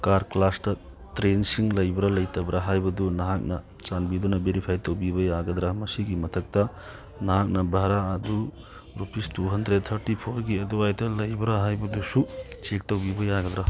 car ꯀ꯭ꯂꯥꯁꯇ ꯇꯔꯦꯟꯁꯤꯡ ꯂꯩꯕ꯭ꯔꯥ ꯂꯩꯇꯕ꯭ꯔꯥ ꯍꯥꯏꯕꯗꯨ ꯅꯍꯥꯛꯅ ꯆꯥꯟꯕꯤꯗꯨꯅ ꯕꯦꯔꯤꯐꯥꯏ ꯇꯧꯕꯤꯕ ꯌꯥꯒꯗ꯭ꯔ ꯃꯁꯤꯒꯤ ꯃꯊꯛꯇ ꯅꯍꯥꯛꯅ ꯚꯥꯔꯥ ꯑꯗꯨ ꯔꯨꯄꯤꯁ ꯇꯨ ꯍꯟꯗ꯭ꯔꯦꯗ ꯊꯥꯔꯇꯤ ꯐꯣꯔꯒꯤ ꯑꯗꯨꯋꯥꯏꯗ ꯂꯩꯕ꯭ꯔꯥ ꯍꯥꯏꯕꯗꯨꯁꯨ ꯆꯦꯛ ꯇꯧꯕꯤꯕ ꯌꯥꯒꯗ꯭ꯔ